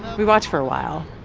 we watch for a while,